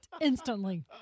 instantly